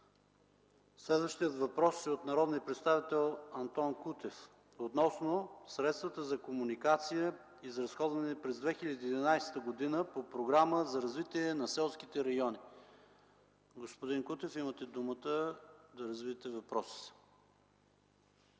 Следващият въпрос е от народния представител Антон Кутев – относно средствата за комуникация, изразходвани през 2011 г. по Програмата за развитие на селските райони. Господин Кутев, имате думата да развиете въпроса